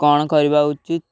କ'ଣ କରିବା ଉଚିତ